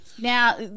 Now